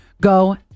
Go